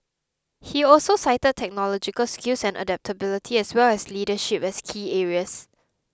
he also cited technological skills and adaptability as well as leadership as key areas